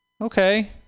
Okay